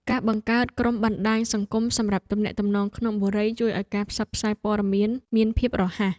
ការបង្កើតក្រុមបណ្តាញសង្គមសម្រាប់ទំនាក់ទំនងក្នុងបុរីជួយឱ្យការផ្សព្វផ្សាយព័ត៌មានមានភាពរហ័ស។